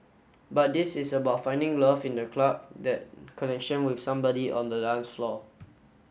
but this is about finding love in the club that connection with somebody on the dance floor